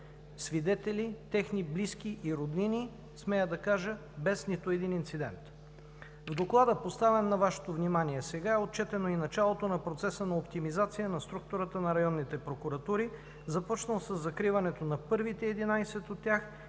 свидетели, техни близки и роднини, смея да кажа, без нито един инцидент. В Доклада, поставен на Вашето внимание сега, е отчетено и началото на процеса на оптимизация на структурата на районните прокуратури, започнал със закриването на първите единадесет